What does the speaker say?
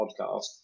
podcast